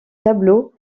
tableaux